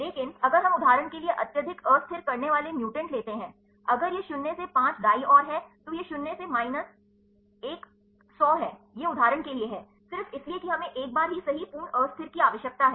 लेकिन अगर हम उदाहरण के लिए अत्यधिक अस्थिर करने वाले म्यूटेंट लेते हैं अगर यह शून्य से 5 दाईं ओर है तो यह शून्य से माइनस 1 100 है यह उदाहरण के लिए है सिर्फ इसलिए कि हमें एक बार ही सही पूर्ण अस्थिर की आवश्यकता है